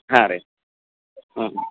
ಹಾಂ ರೀ ಹ್ಞೂ